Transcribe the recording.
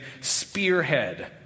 spearhead